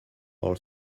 all